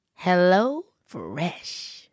HelloFresh